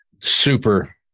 Super